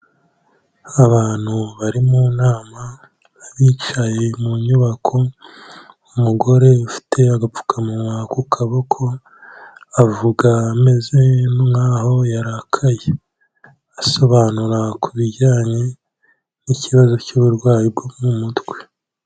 Abantu bari mu nama bicaye mu nyubako, umugore ufite agapfukanwa ku kaboko avuga ameze nk'aho yarakaye asobanura ku bijyanye n'ikibazo cy'uburwayi bwo mu mutwe.